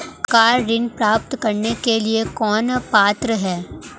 Car ऋण प्राप्त करने के लिए कौन पात्र है?